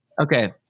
Okay